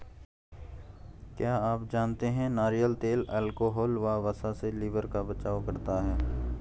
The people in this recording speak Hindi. क्या आप जानते है नारियल तेल अल्कोहल व वसा से लिवर का बचाव करता है?